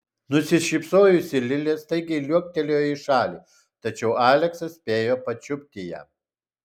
nusišypsojusi lilė staigiai liuoktelėjo į šalį tačiau aleksas spėjo pačiupti ją